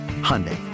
Hyundai